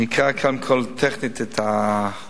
נקרא כאן טכנית את העובדות.